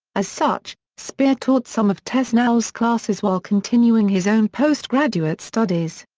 as such, speer taught some of tessenow's classes while continuing his own postgraduate studies.